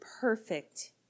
perfect